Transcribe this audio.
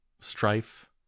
strife